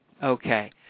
Okay